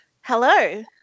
Hello